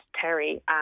Terry